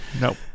Nope